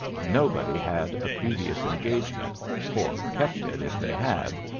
nobody had a previous engagement or kept it, if they had.